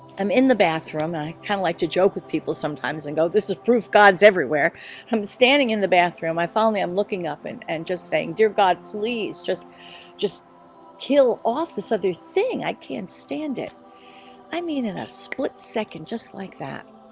i'm in the bathroom i kind of like to joke with people sometimes and go this is proof god's everywhere i'm standing in the bathroom i finally i'm looking up and and just saying, dear god please just just kill off this other thing i can't stand it i mean in a split second just like that